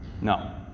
No